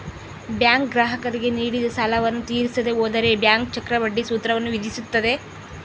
bank ಗ್ರಾಹಕರಿಗೆ ನೀಡಿದ ಸಾಲವನ್ನು ತೀರಿಸದೆ ಹೋದರೆ ಬ್ಯಾಂಕ್ ಚಕ್ರಬಡ್ಡಿ ಸೂತ್ರವನ್ನು ವಿಧಿಸುತ್ತದೆ